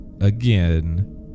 again